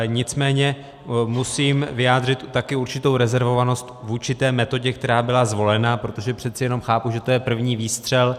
Nicméně musím vyjádřit taky určitou rezervovanost vůči metodě, která byla zvolena, protože přeci jenom chápu, že to je první výstřel.